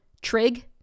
trig